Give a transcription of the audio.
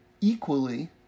equally